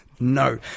No